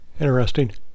Interesting